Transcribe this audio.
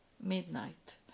midnight